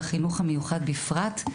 והחינוך המיוחד בפרט.